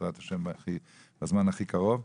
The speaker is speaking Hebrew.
בעזרת השם בזמן הכי קרוב.